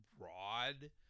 broad